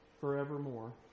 forevermore